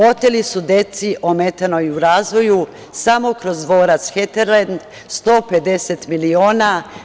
Oteli su deci ometenoj u razvoju samo kroz dvorac „Heterlend“ 150 miliona.